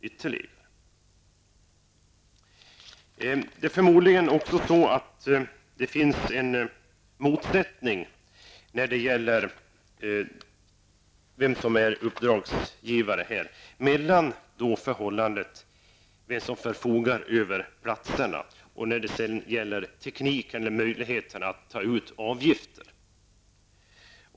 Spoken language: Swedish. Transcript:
Det finns förmodligen en motsättning mellan dem som förfogar över platserna och därigenom anses vara uppdragsgivare och dem som har teknik och möjlighet att ta ut avgifter.